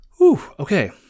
Okay